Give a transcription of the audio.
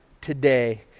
today